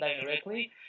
directly